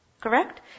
correct